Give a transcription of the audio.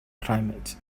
climate